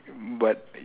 but